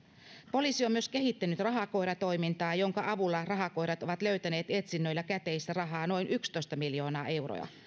poliisi on myös kehittänyt rahakoiratoimintaa jonka avulla on rahakoirat ovat löytäneet etsinnöillä käteistä rahaa noin yksitoista miljoonaa euroa